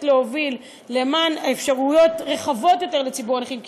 להוביל אפשרויות רחבות יותר לציבור הנכים,